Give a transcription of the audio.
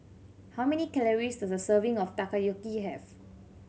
how many calories does a serving of Takoyaki have